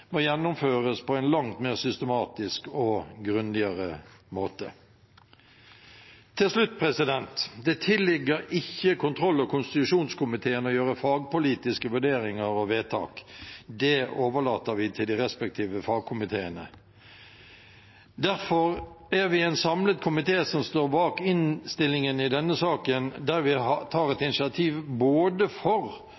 må gjennomføres på en langt mer systematisk og grundigere måte. Til slutt: Det tilligger ikke kontroll- og konstitusjonskomiteen å gjøre fagpolitiske vurderinger og vedtak. Det overlater vi til de respektive fagkomiteene. Derfor er vi en samlet komité som står bak innstillingen i denne saken, der vi tar et